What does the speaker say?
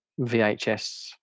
VHS